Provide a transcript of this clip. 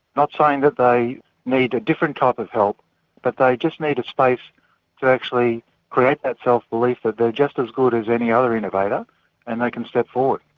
not saying that they need a different type of help but they just need a space to actually create that self-belief that they are just as good as any other innovator and they can step forward.